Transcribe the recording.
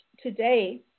today